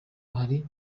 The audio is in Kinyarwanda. hari